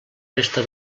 resta